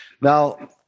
Now